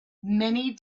many